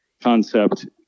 concept